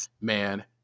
man